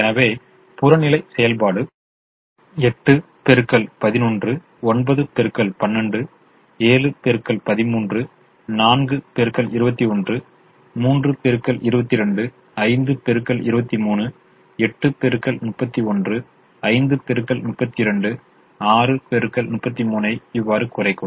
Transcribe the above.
எனவே புறநிலை செயல்பாடு 8X11 9X12 7X13 4X21 3X22 5X23 8X31 5X32 6X33 ஐக் இவ்வாறு குறைக்கும்